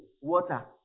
water